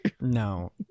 No